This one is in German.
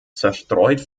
zerstreut